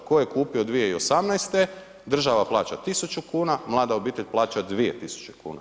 Tko je kupio 2018. država plaća 1000, mlada obitelj plaća 2000. kuna.